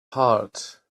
heart